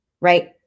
right